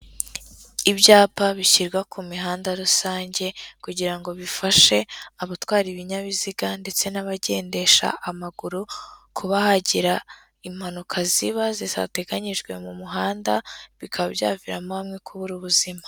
Ibyapa bishyirwa ku mihanda rusange kugira ngo bifashe, abatwara ibinyabiziga ndetse n'abagendesha amaguru, kuba hagira impanuka ziba zitateganyijwe mu muhanda, bikaba byaviramo bamwe kubura ubuzima.